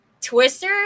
Twister